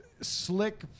Slick